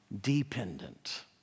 dependent